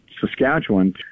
Saskatchewan